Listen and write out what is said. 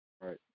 Right